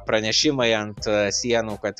pranešimai ant sienų kad